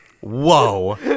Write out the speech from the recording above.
Whoa